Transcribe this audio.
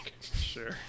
Sure